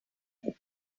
going